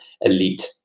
elite